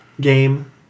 game